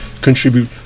contribute